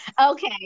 Okay